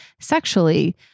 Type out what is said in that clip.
Sexually